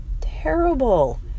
terrible